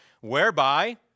whereby